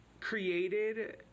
created